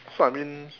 so I mean